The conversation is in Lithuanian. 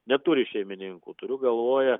neturi šeimininkų turiu galvoje